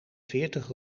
veertig